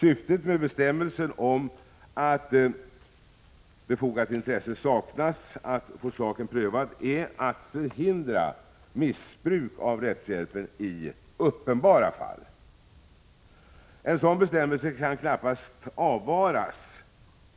Syftet med bestämmelsen om att befogat intresse saknas att få saken prövad är att förhindra missbruk av rättshjälpen i uppenbara fall. En sådan bestämmelse kan knappast avvaras